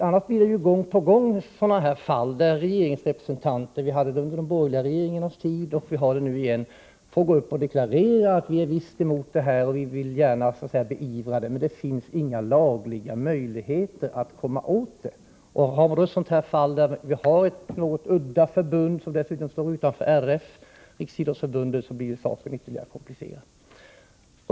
Annars får vi gång på gång sådana fall som förekom under de borgerliga regeringarnas tid och som nu återigen inträffat — fall där vi deklarerar att vi visst vill beivra överträdelserna men att det inte finns några lagliga möjligheter att komma åt dem. Gäller det ett något udda förbund, som dessutom står utanför Riksidrottsförbundet, RF, blir saken ytterligare komplicerad.